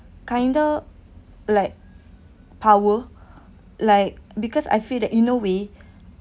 kind of like power like because I feel that in a way